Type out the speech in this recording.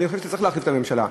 אני חושב שצריך להחליף את הממשלה,